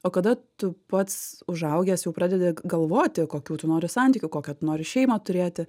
o kada tu pats užaugęs jau pradedi galvoti kokių tu nori santykių kokią tu nori šeimą turėti